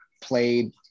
played